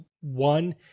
one